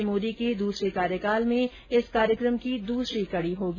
यह श्री मोदी के दुसरे कार्यकाल में इस कार्यक्रम की दूसरी कड़ी होगी